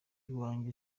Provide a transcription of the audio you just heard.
iwanjye